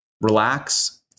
relax